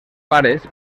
pares